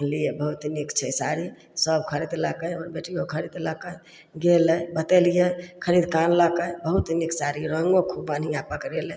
जानलियै बहुत नीक छै साड़ी सभ खरीदलकै हमर बेटियो खरीदलकै गेलय बतेलियै खरीदके आनलकइ बहुत नीक साड़ी रङ्गो खूब बढ़िआँ पकड़ेलै